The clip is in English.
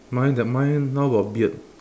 mine the mine now got beard